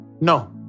No